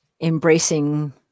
embracing